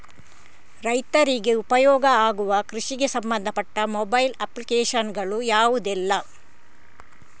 ರೈತರಿಗೆ ಉಪಯೋಗ ಆಗುವ ಕೃಷಿಗೆ ಸಂಬಂಧಪಟ್ಟ ಮೊಬೈಲ್ ಅಪ್ಲಿಕೇಶನ್ ಗಳು ಯಾವುದೆಲ್ಲ?